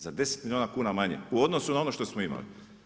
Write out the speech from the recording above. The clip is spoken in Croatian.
Za 10 milijuna kuna manje, u odnosu na ono što smo imali.